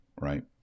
Right